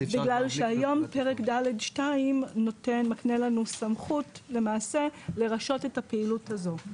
בגלל שהיום פרק ד'2 מקנה לנו למעשה את הסמכות להרשות את הפעילות הזאת.